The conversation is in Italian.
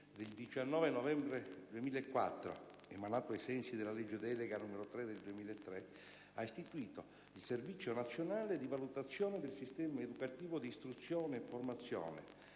il Servizio nazionale di valutazione del sistema educativo di istruzione e formazione